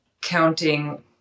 counting